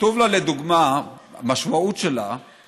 כתוב בה, לדוגמה, המשמעות שלה היא